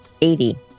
80